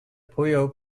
puyo